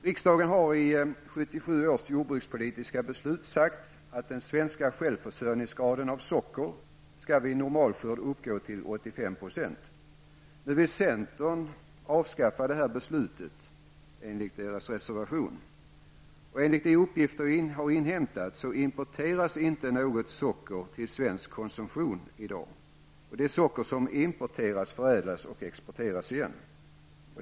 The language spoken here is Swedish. Riksdagen har i 1977 års jordbrukspolitiska beslut sagt att den svenska självförsörjningsgraden vad gäller socker vid normalskörd skall uppgå till 85 %. Nu vill centern enligt vad som framgår av dess reservation avskaffa detta beslut. Enligt de uppgifter jag har inhämtat importeras i dag inte något socker till svensk konsumtion. Det socker som importeras förädlas och exporteras igen.